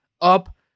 up